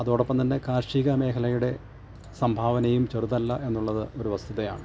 അതോടൊപ്പം തന്നെ കാർഷിക മേഖലയുടെ സംഭാവനയും ചെറുതല്ല എന്നുള്ളത് ഒരു വസ്തുതയാണ്